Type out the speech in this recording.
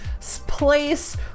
place